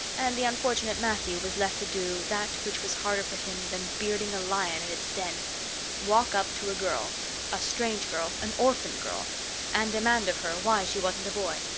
and the unfortunate matthew was left to do that which was harder for him than bearding a lion in its den walk up to a girl a strange girl an orphan girl and demand of her why she wasn't a boy.